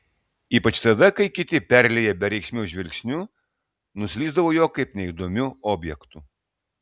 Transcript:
ypač tada kai kiti perlieję bereikšmiu žvilgsniu nuslysdavo juo kaip neįdomiu objektu